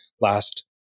last